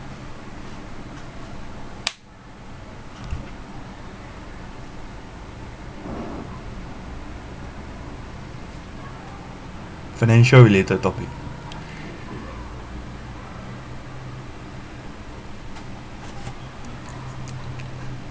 financial related topic